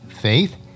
faith